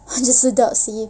macam sedap seh